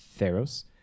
Theros